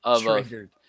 Triggered